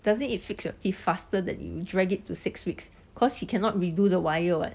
doesn't it fix your teeth faster than you drag it to six weeks because he cannot redo the wire [what]